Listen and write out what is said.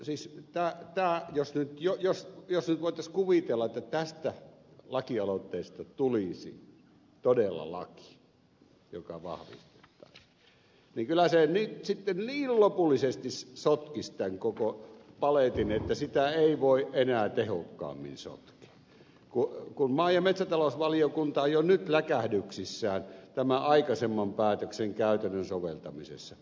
siis jos nyt voitaisiin kuvitella että tästä lakialoitteesta tulisi todella laki joka vahvistettaisiin niin kyllä se nyt sitten niin lopullisesti sotkisi tämän koko paletin että sitä ei voisi enää tehokkaammin sotkea kun maa ja metsätalousvaliokunta on jo nyt läkähdyksissään tämän aikaisemman päätöksen käytännön soveltamisessa